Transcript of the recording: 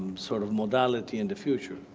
sort of modality in the future.